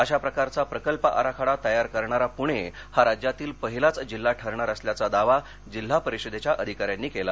अशा प्रकारचा प्रकल्प आराखडा तयार करणारा पूणे हा राज्यातील पहिलाच जिल्हा ठरणार असल्याचा दावा जिल्हा परिषदेच्या अधिकाऱ्यांनी केला आहे